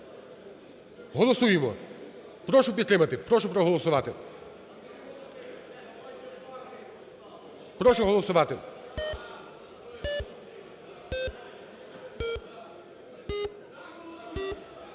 Голосуємо. Прошу підтримати. Прошу проголосувати. Прошу голосувати.